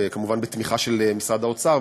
כמובן בתמיכה של משרד האוצר,